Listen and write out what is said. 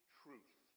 truth